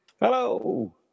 Hello